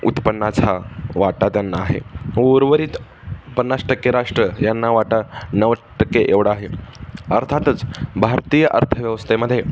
उत्पन्नाचा वाटा त्यांना आहे उर्वरित पन्नास टक्के राष्ट्र यांना वाटा नव्वद टक्के एवढा आहे अर्थातच भारतीय अर्थव्यवस्थेमध्ये